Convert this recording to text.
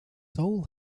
soul